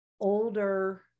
older